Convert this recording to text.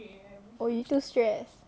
or you too stressed